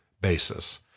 basis